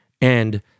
And-